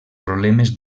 problemes